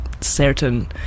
certain